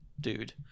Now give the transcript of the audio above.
dude